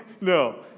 No